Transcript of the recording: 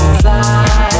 fly